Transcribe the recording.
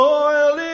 oil